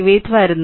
58 വരുന്നു